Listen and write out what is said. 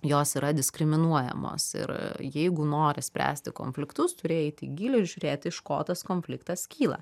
jos yra diskriminuojamos ir jeigu nori spręsti konfliktus turi eit į gylį ir žiūrėt iš ko tas konfliktas kyla